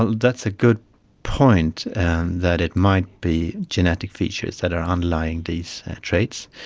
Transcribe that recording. that's a good point, and that it might be genetic features that are underlying these traits.